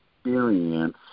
experience